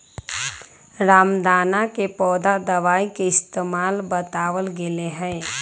रामदाना के पौधा दवाई के इस्तेमाल बतावल गैले है